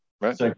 Right